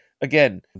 again